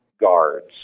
guards